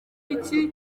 iki